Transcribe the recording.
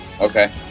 Okay